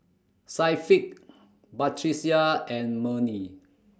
Syafiqah Batrisya and Murni